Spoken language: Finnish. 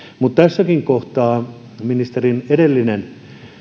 mutta tässäkin kohtaa ministerin edelliseen